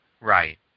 right